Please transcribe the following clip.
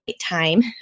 time